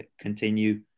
continue